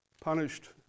punished